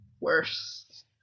worse